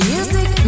Music